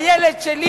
הילד שלי,